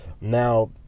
Now